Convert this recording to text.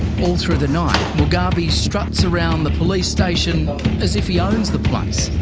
and through the night, mugabe struts around the police station as if he owns the place.